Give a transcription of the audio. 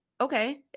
okay